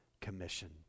commission